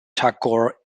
tagore